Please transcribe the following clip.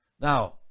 Now